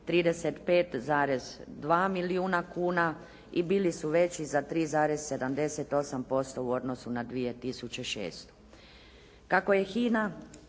35,2 milijuna kuna i bili su veći za 3,78% na odnosu na 2006. Kako je HINA